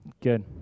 Good